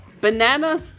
Banana